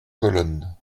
colonne